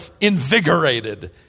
invigorated